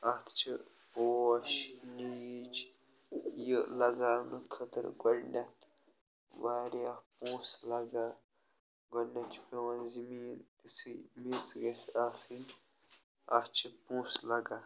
اَتھ چھِ پوش نیٖج یہِ لگاونہٕ خٲطرٕ گۄڈٕنیٚتھ واریاہ پۄنٛسہٕ لَگان گۄڈٕنیٚتھ چھِ پیٚوان یہِ زٔمیٖن میٛژ گژھہِ آسٕنۍ اَتھ چھِ پۄنٛسہٕ لَگان